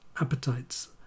appetites